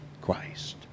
Christ